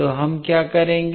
तो हम क्या करेंगे